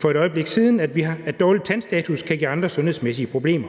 for et øjeblik siden, at dårlig tandstatus kan give andre sundhedsmæssige problemer.